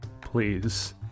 Please